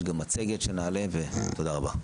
יש גם מצגת שנעלה, ותודה רבה.